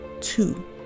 two